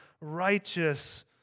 righteous